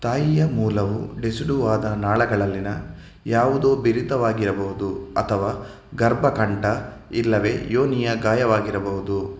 ತಾಯಿಯ ಮೂಲವು ಡೆಸಿಡುವಾದ ನಾಳಗಳಲ್ಲಿನ ಯಾವುದೋ ಬಿರಿತವಾಗಿರಬಹುದು ಅಥವಾ ಗರ್ಭಕಂಠ ಇಲ್ಲವೇ ಯೋನಿಯ ಗಾಯವಾಗಿರಬಹುದು